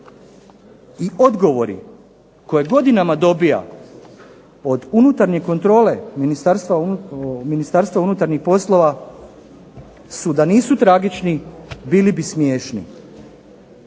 i odgovori koje godinama dobija od unutarnje kontrole Ministarstva unutarnjih poslova su da nisu tragični bili bi smiješni.